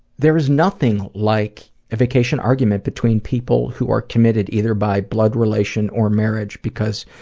there's nothing like a vacation argument between people who are committed, either by blood relation or marriage, because